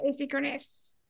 asynchronous